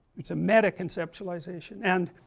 it's a meta-conceptualization, and